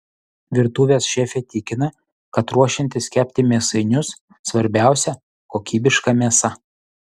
virtuvės šefė tikina kad ruošiantis kepti mėsainius svarbiausia kokybiška mėsa